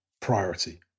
priority